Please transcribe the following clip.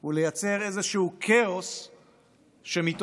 היא לייצר איזשהו כאוס שמתוכו,